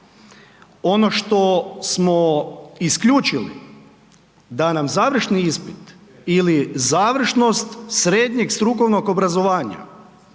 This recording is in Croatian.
Ono što smo isključili da nam završni ispit ili završnost srednjeg strukovnog obrazovanja